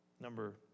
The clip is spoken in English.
Number